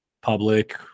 public –